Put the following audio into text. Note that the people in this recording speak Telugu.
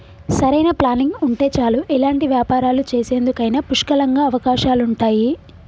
సరైన ప్లానింగ్ ఉంటే చాలు ఎలాంటి వ్యాపారాలు చేసేందుకైనా పుష్కలంగా అవకాశాలుంటయ్యి